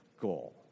goal